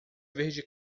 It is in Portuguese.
verde